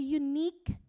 unique